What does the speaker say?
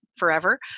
forever